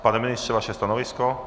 Pane ministře, vaše stanovisko?